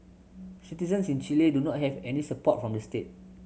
citizens in Chile do not have any support from the state